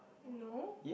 no